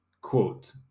quote